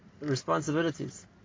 responsibilities